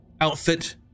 outfit